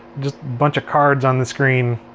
just bunch of cards on the screen.